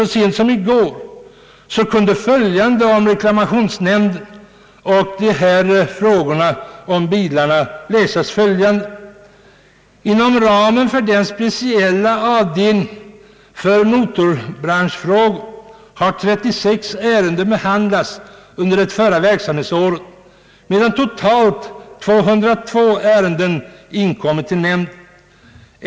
Så sent som i går kunde om reklamationsnämnden och dessa frågor om bilar läsas följande i en tidning: »Inom ramen för den speciella avdelningen för motorbranschfrågor har 36 ärenden behandlats under det första verksamhetsåret, medan totalt 202 ärenden inkommit till nämnden.